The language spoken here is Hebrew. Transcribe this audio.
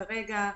כרגע,